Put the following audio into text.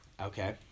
Okay